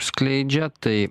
skleidžia tai